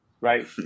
right